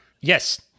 Yes